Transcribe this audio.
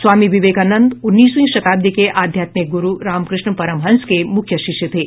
स्वामी विवेकानंद उन्नीसवीं शताब्दी के आध्यात्मिक गुरू रामकृष्ण परमहंस के मुख्य शिष्य थे